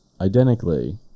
identically